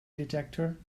detector